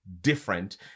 different